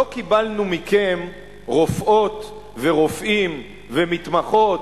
לא קיבלנו מכם רופאות ורופאים ומתמחות